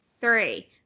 three